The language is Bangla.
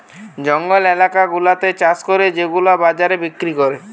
জঙ্গল এলাকা গুলাতে চাষ করে সেগুলা বাজারে বিক্রি করে